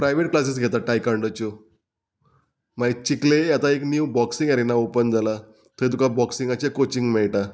private classes घेता टायकंडाच्यो मागीर चिकले आतां एक न्यू बॉक्सींग एरिना ओपन जाला थंय तुका बॉक्सिंगाचे कोचिंग मेळटा